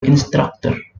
instructor